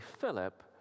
philip